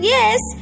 Yes